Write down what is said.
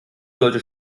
sollte